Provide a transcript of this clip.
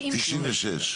מתחילת השנה?